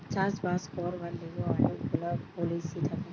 চাষ বাস করবার লিগে অনেক গুলা পলিসি থাকে